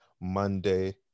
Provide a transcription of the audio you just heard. Monday